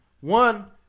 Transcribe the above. One